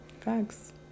thanks